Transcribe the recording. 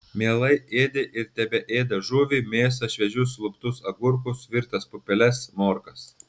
mielai ėdė ir tebeėda žuvį mėsą šviežius luptus agurkus virtas pupeles morkas